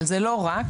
אבל לא רק.